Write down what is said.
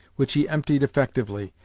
which he emptied effectively,